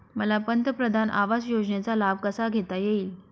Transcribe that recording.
मला पंतप्रधान आवास योजनेचा लाभ कसा घेता येईल?